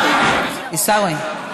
עיסאווי.